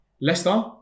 Leicester